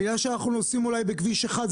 בגלל שאנחנו נוסעים בכביש מס' 1,